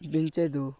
ବିଞ୍ଚାଇ ଦଉ